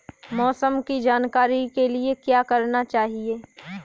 मौसम की जानकारी के लिए क्या करना चाहिए?